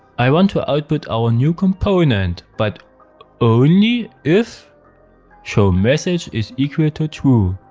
i want to output our new component, but only if showmessage is equal to true.